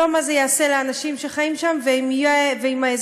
לא מה זה יעשה לאנשים שחיים שם ואם זה